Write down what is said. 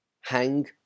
hang